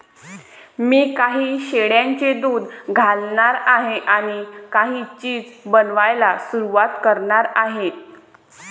मी काही शेळ्यांचे दूध घालणार आहे आणि काही चीज बनवायला सुरुवात करणार आहे